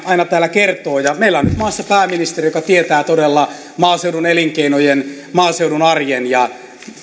täällä aina kertoo meillä on nyt maassa pääministeri joka tietää todella maaseudun elinkeinojen arjen maaseudun arjen ja